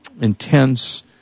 intense